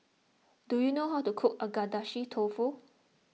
do you know how to cook Agedashi Dofu